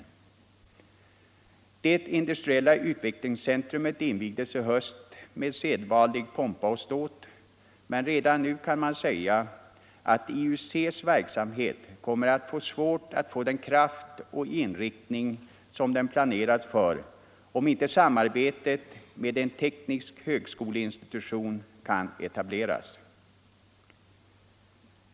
Detta industriella utvecklingscentrum invigdes nu i höstas med sedvanlig pompa och ståt, men redan nu kan man säga att IUC:s verksamhet kom mer att få svårt att få den kraft och inriktning som den planerats för om inte samarbetet med en teknisk högskoleinstitution kan etableras.